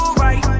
right